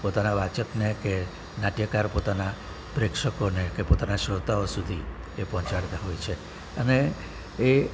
પોતાના વાચકને કે નાટ્યકાર પોતાના પ્રેક્ષકોને કે પોતાના શ્રોતાઓ સુધી એ પહોંચાડતા હોય છે અને એ